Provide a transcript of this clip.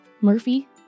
Murphy